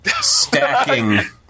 stacking